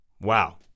Wow